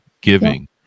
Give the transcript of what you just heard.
giving